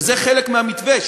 וזה חלק מהמתווה,